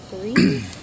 three